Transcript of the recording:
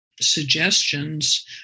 suggestions